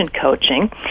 coaching